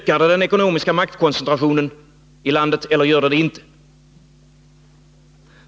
Ökar det den ekonomiska maktkoncentrationen i landet eller inte?